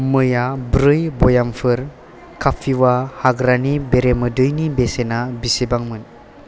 मैया ब्रै बयेमफोर कापिवा हाग्रानि बेरेमोदैनि बेसेना बेसेबांमोन